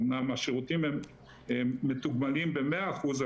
אמנם השירותים הם מתוגמלים במאה אחוז,